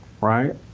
right